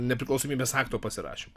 nepriklausomybės akto pasirašymą